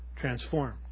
transformed